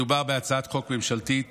מדובר בהצעת חוק ממשלתית